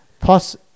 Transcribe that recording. Plus